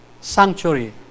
sanctuary